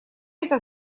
это